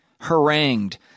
harangued